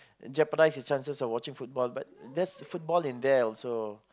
jeopardize his chances of watching football but there's football in there also